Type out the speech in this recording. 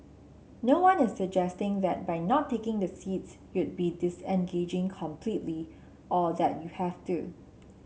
no one is suggesting that by not taking the seats you'd be disengaging completely or that you have do